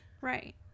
Right